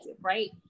Right